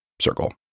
circle